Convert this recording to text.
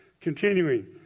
Continuing